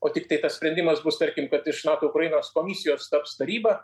o tiktai tas sprendimas bus tarkim kad iš nato ukrainos komisijos taps taryba